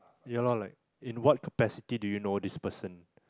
ya lor like in what capacity do you know this person